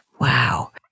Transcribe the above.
Wow